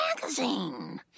magazine